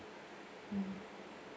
mm